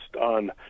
on